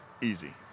easy